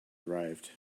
arrived